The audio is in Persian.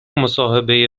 مصاحبه